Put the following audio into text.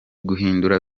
guhindura